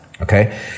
Okay